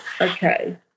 Okay